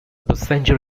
passenger